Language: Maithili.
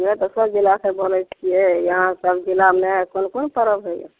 इहए तऽ कोन जिला सँ ऽ बोले छियै अहाँ सब जिलामे कोन कोन परब होय यऽ